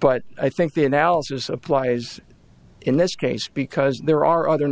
but i think the analysis applies in this case because there are other